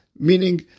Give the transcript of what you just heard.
Meaning